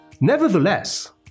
Nevertheless